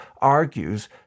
argues